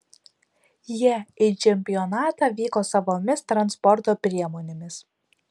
jie į čempionatą vyko savomis transporto priemonėmis